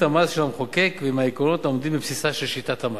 המס של המחוקק ועם העקרונות העומדים בבסיסה של שיטת המס.